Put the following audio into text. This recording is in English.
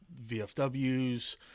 VFWs